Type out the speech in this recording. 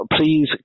please